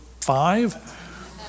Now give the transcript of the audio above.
five